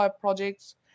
projects